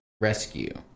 rescue